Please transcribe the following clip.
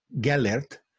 Gellert